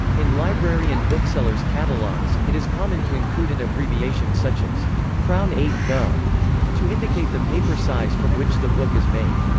in library and booksellers' catalogues, it is common to include an abbreviation such as crown eight vo to indicate the paper size from which the book is made.